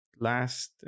last